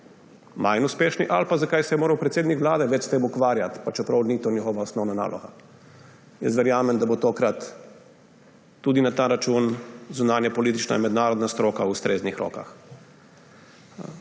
manj uspešni ali pa zakaj se je moral predsednik Vlade več s tem ukvarjati, pa čeprav ni to njegova osnovna naloga. Jaz verjamem, da bo tokrat tudi na ta račun zunanjepolitična in mednarodna stroka v ustreznih rokah.